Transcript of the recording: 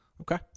Okay